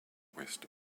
west